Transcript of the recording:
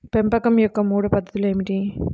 పెంపకం యొక్క మూడు పద్ధతులు ఏమిటీ?